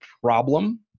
problem